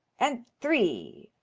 and three.